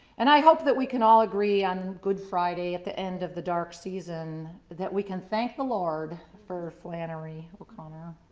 and i hope that we can all agree on good friday at the end of the dark season, that we can thank the lord for flannery o'connor.